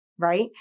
Right